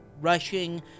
rushing